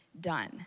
done